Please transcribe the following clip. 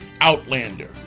Outlander